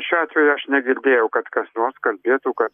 šiuo atveju aš negirdėjau kad kas nors kalbėtų kad